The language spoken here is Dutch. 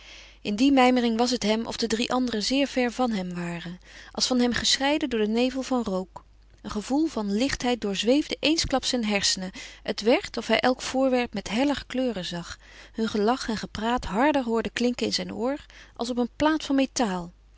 in die mijmering was het hem of de drie anderen zeer ver van hem waren als van hem gescheiden door den nevel van rook een gevoel van lichtheid doorzweefde eensklaps zijn hersenen het werd of hij elk voorwerp met heller kleuren zag hun gelach en gepraat harder hoorde klinken in zijn oor als op een plaat van metaal